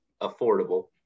affordable